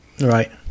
Right